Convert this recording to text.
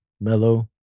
mellow